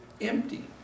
empty